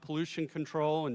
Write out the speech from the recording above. pollution control and